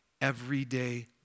everyday